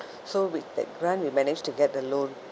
so with that grant we managed to get the loan